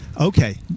Okay